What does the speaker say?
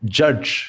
judge